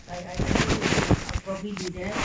I I I think I I probably do that